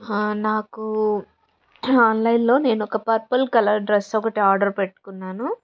నాకు ఆన్లైన్లో నేను ఒ పర్పుల్ కలర్ డ్రెస్ ఒకటి ఆర్డర్ పెట్టుకున్నాను